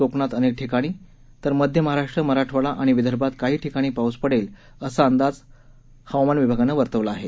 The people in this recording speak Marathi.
कोकणात अनेक ठिकाणी तर मध्य महाराष्ट्र मराठवाडा आणि विदर्भात काही ठिकाणी पाऊस पडेल असा अंदाज हवं विभागानं वर्तवला आहे